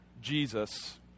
Jesus